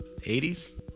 80s